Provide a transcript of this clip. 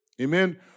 Amen